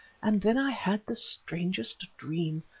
and then i had the strangest dream.